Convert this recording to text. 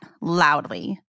loudly